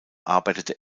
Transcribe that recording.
arbeitete